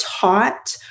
taught